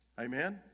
Amen